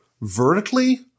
vertically